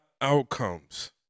outcomes